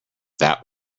that